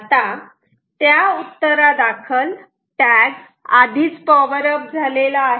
आता त्या उत्तरादाखल टॅग आधीच पॉवर अप झालेला आहे